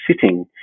sitting